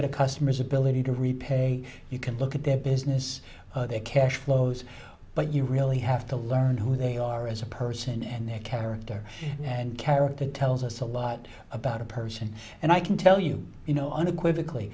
at a customer's ability to repay you can look at their business their cash flows but you really have to learn who they are as a person and their character and character tells us a lot about a person and i can tell you you know